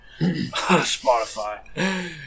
Spotify